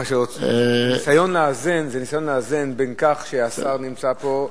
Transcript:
זה ניסיון לאזן בין זה שהשר נמצא פה,